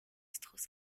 strauss